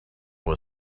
boy